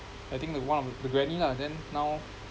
I think the one of the granny lah then now